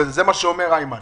זה מה שאומר היימן